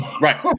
Right